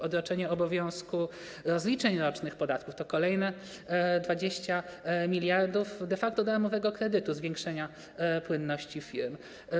Odroczenie obowiązku rozliczeń rocznych podatku to kolejne 20 mld zł de facto darmowego kredytu, zwiększenia płynności firm.